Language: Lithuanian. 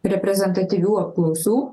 reprezentatyvių apklausų